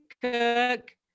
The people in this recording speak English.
Cook